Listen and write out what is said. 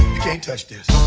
you can't touch this